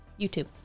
YouTube